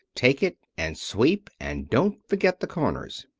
take it, and sweep, and don't forget the corners.